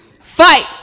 Fight